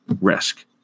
risk